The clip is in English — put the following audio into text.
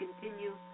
continue